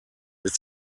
ist